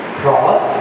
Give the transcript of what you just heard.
cross